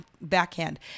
backhand